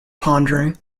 pondering